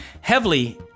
heavily